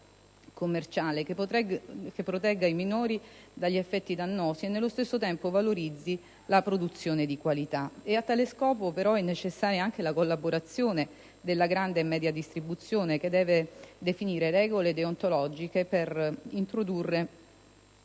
commerciale, che protegga i minori dagli effetti dannosi e - nello steso tempo - valorizzi la produzione di qualità. A tale scopo, però, è necessaria anche la collaborazione della grande e media distribuzione, che deve definire regole deontologiche per introdurre